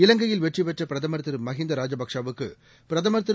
இலங்கையில் வெற்றிபெற்றபிரதமர் திருமகிந்தாராஜபக்சேவுக்குபிரதமர் திரு